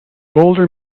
bolder